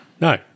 No